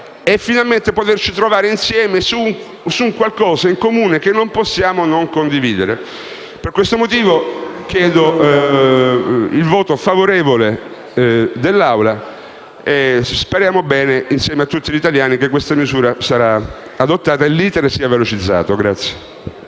finalmente trovare insieme su qualcosa in comune che non possiamo non condividere. Per questo motivo chiedo il voto favorevole all'Assemblea e speriamo bene, insieme a tutti gli italiani, che questa misura sia adottata e il suo *iter* sia velocizzato.